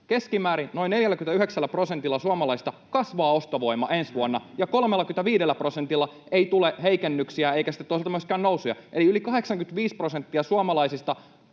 Keskimäärin noin 49 prosentilla suomalaisista kasvaa ostovoima ensi vuonna, ja 35 prosentilla ei tule heikennyksiä eikä sitten toisaalta myöskään nousuja, eli yli 85 prosenttia suomalaisista